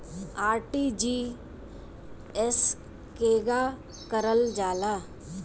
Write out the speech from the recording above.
RTGS केगा करलऽ जाला?